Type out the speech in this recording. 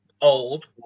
old